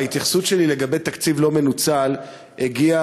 ההתייחסות שלי לגבי תקציב לא מנוצל הגיעה,